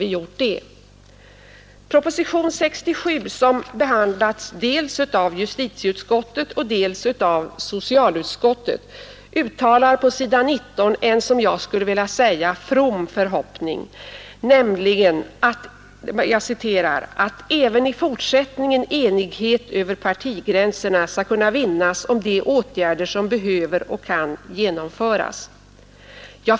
I propositionen 67, som har behandlats dels av justitieutskottet, dels av socialutskottet, uttalar föredragande statsrådet på s. 19 den som jag vill kalla fromma förhoppningen ”att även i fortsättningen enighet över partigränserna skall kunna vinnas om de åtgärder som behöver och kan genomföras”.